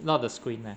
not the screen lah